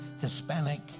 Hispanic